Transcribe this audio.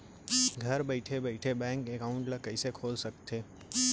घर बइठे बइठे बैंक एकाउंट ल कइसे खोल सकथे?